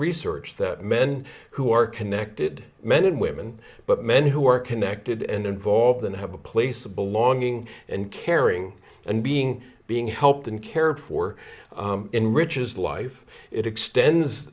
research that men who are connected men and women but men who are connected and involved in have a place of belonging and caring and being being helped and cared for in rich's life it extends